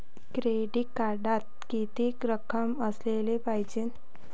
Credit कार्डात कितीक रक्कम असाले पायजे?